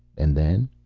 and then?